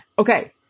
Okay